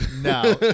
No